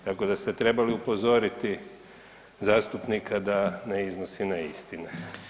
Tako da ste trebali upozoriti zastupnika da ne iznosi neistine.